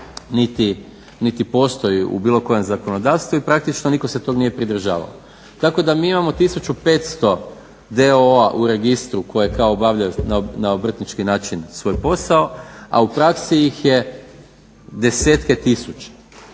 niti postoji u bilo kojem zakonodavstvu i praktično nitko se tog nije pridržavao. Tako da mi imamo 1500 d.o.o.-a u registru koje kao obavljaju na obrtnički način svoj posao, a u praksi ih je desetke tisuća.